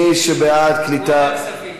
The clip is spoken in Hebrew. הוא אומר כספים.